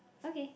okay